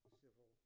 civil